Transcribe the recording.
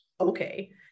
okay